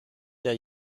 der